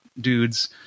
dudes